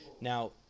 Now